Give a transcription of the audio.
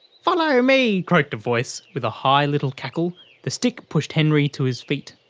follow me, croaked a voice, with a high little cackle the stick pushed henry to his feet.